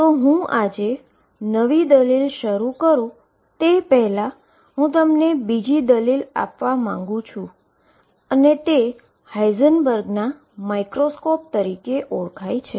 તો હું આજે નવી દલીલ શરૂ કરુ તે પહેલાં હું તમને બીજી દલીલ આપવા માંગું છું અને તે છે હાઇઝનબર્ગના માઇક્રોસ્કોપ તરીકે ઓળખાય છે